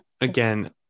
again